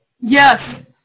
Yes